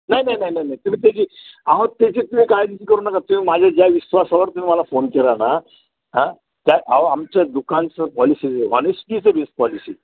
नाही नाही नाही नाही तुम्ही त्याची अहो त्याची तुम्ही काळजीच करू नका तुम्ही माझ्या ज्या विश्वासावर तुम्ही मला फोन केला ना हा त्या अहो आमचं दुकानचं policy honesty is the best policy